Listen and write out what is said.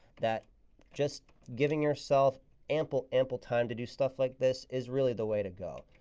that just giving yourself ample, ample time to do stuff like this is really the way to go.